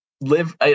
live